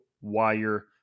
Wire